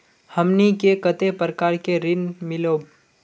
हमनी के कते प्रकार के ऋण मीलोब?